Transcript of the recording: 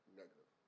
negative